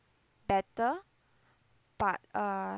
better but uh